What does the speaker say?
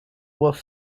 wolf